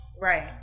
Right